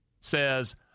says